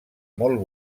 molt